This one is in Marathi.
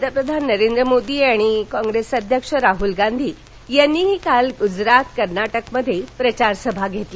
पंतप्रधान नरेंद्र मोदी आणि कॉप्रेस अध्यक्ष राह्ल गांधी यांनीही काल गुजरात कर्नाटकमध्ये प्रचारसभा घेतल्या